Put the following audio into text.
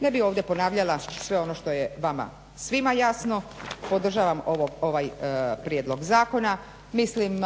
Ne bih ovdje ponavljala ono što je vama svima jasno. Podržavam ovaj prijedlog zakona. Mislim